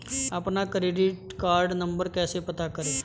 अपना credit card number कैसे पता करें?